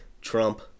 Trump